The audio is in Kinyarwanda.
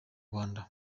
rwanda